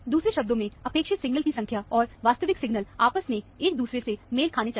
दूसरे शब्दों में अपेक्षित सिग्नल की संख्या और वास्तविक सिग्नल आपस में एक दूसरे से मेल खाने चाहिए